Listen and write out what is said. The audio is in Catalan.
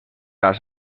als